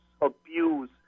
abuse